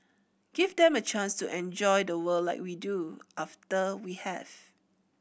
give them a chance to enjoy the world like we do after we have